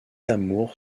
amour